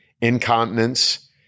incontinence